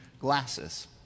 glasses